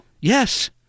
Yes